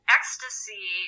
Ecstasy